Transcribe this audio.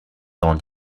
dans